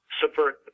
subvert